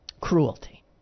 cruelty